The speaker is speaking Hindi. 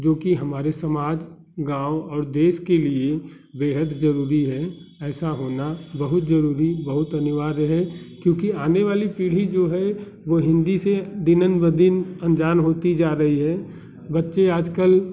जोकि हमारे समाज गाँव और देश के लिए बेहद जरूरी है ऐसा होना बहुत जरूरी बहुत अनिवार्य है क्योंकि आने वाली पीढ़ी जो है वो हिन्दी से दिन ब दिन अनजान होती जा रही है बच्चे आज कल